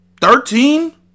Thirteen